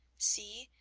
see,